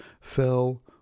fell